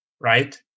right